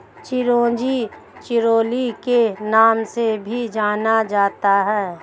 चिरोंजी चिरोली के नाम से भी जाना जाता है